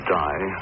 die